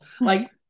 like-